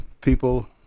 people